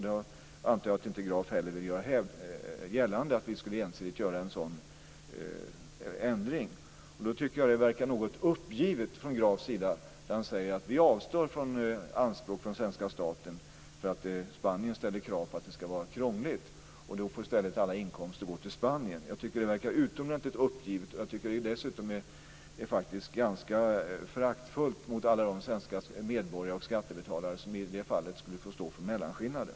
Jag antar att Graf inte heller vill göra gällande att vi ensidigt skulle göra en sådan ändring. Då verkar det något uppgivet från Grafs sida när han säger att den svenska staten borde avstå från anspråk därför att den spanska staten ställer krav på att det ska vara krångligt. Då får i stället alla inkomster gå till Spanien. Jag tycker att det verkar utomordentligt uppgivet. Dessutom är det ganska föraktfullt mot alla de svenska medborgare och skattebetalare som i det fallet skulle få stå för mellanskillnaden.